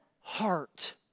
heart